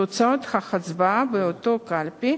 תוצאות ההצבעה באותה קלפי